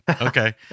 Okay